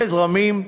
זרמים,